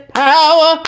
power